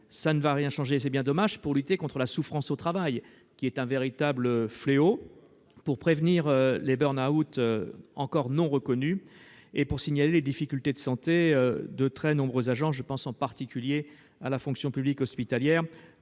ne va rien changer- et c'est bien dommage -quant à la lutte contre la souffrance au travail, qui est un véritable fléau, à la prévention des burn-out, encore non reconnus, et au signalement des problèmes de santé de très nombreux agents- je pense en particulier à la fonction publique hospitalière,